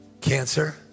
Cancer